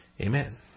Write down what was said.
Amen